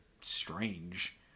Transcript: strange